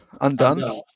undone